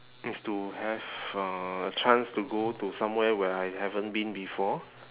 is to have uh a chance to go to somewhere where I haven't been before